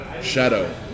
Shadow